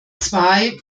zwei